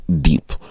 deep